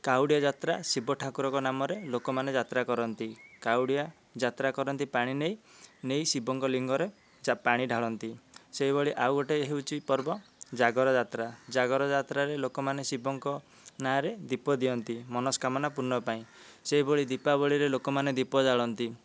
କାଉଡ଼ିଆ ଯାତ୍ରା ଶିବ ଠାକୁରଙ୍କ ନାମରେ ଲୋକମାନେ ଯାତ୍ରା କରନ୍ତି କାଉଡ଼ିଆ ଯାତ୍ରା କରନ୍ତି ପାଣି ନେଇ ନେଇ ଶିବଙ୍କ ଲିଙ୍ଗରେ ପାଣି ଢାଳନ୍ତି ସେହିଭଳି ଆଉ ଗୋଟିଏ ହେଉଛି ପର୍ବ ଜାଗର ଯାତ୍ରା ଜାଗର ଯାତ୍ରାରେ ଲୋକମାନେ ଶିବଙ୍କ ନାଁରେ ଦୀପ ଦିଅନ୍ତି ମନସ୍କାମନା ପୂର୍ଣ୍ଣ ପାଇଁ ସେଇଭଳି ଦୀପାବଳୀରେ ଲୋକମାନେ ଦୀପ ଜାଳନ୍ତି